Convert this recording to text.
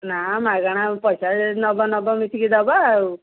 ନା ମାଗଣା ପଇସା ଯଦି ନେବ ନେବ ମିଶିକି ଦେବା ଆଉ